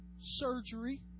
surgery